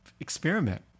experiment